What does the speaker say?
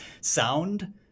sound